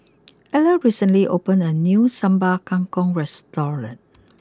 Ellar recently opened a new Sambal Kangkong restaurant